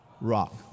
rock